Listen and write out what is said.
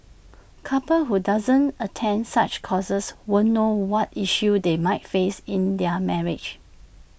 couples who don't attend such courses won't know what issues they might face in their marriage